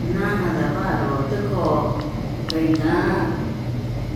Ndaján navaro tekoo kuenta